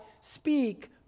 speak